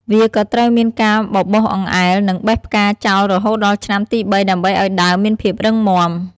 វាក៏ត្រូវមានការបរបោសអង្អែលនិងបេះផ្កាចោលរហូតដល់ឆ្នាំទីបីដើម្បីឱ្យដើមមានភាពរឹងមាំ។